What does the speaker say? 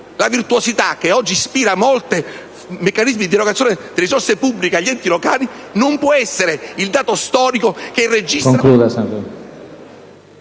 la virtuosità che oggi ispira molti meccanismi di erogazione di risorse pubbliche agli enti locali non può essere il dato storico che registra